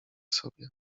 sobie